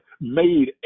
made